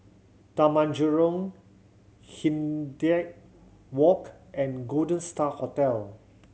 Taman Jurong Hindhede Walk and Golden Star Hotel